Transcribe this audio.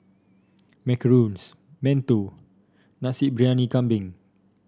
macarons mantou Nasi Briyani Kambing